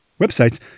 Websites